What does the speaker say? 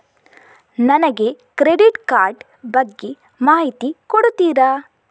ನನಗೆ credit card ಬಗ್ಗೆ ಮಾಹಿತಿ ಕೊಡುತ್ತೀರಾ?